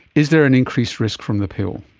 is there an increased risk from the pill?